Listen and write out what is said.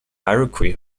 iroquois